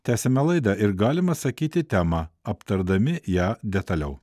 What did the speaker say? tęsiame laidą ir galima sakyti temą aptardami ją detaliau